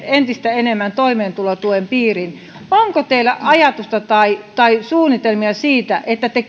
entistä enemmän toimeentulotuen piiriin onko teillä ajatusta tai tai suunnitelmia siitä että te